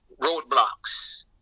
roadblocks